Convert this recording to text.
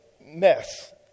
mess